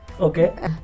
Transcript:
Okay